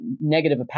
negative